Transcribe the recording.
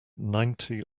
ninety